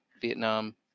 Vietnam